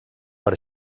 per